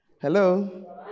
Hello